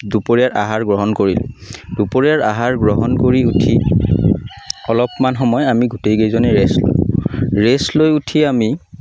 দুপৰীয়াৰ আহাৰ গ্ৰহণ কৰিলোঁ দুপৰীয়াৰ আহাৰ গ্ৰহণ কৰি উঠি অলপমান সময় আমি গোটেইকেইজনে ৰেষ্ট ল'লোঁ ৰেষ্ট লৈ উঠি আমি